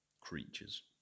creatures